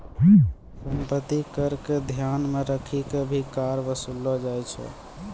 सम्पत्ति कर क ध्यान मे रखी क भी कर वसूललो जाय छै